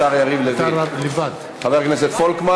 1751, 1800, 1803 ו-1809, של חבר הכנסת פולקמן